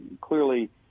clearly